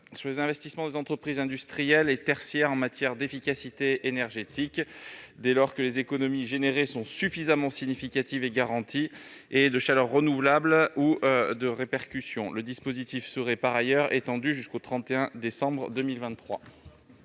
PME aux investissements des entreprises industrielles et tertiaires réalisés en matière d'efficacité énergétique, dès lors que les économies générées sont suffisamment significatives et garanties, ainsi qu'en matière de chaleur renouvelable ou de récupération. Le dispositif serait par ailleurs étendu jusqu'au 31 décembre 2023.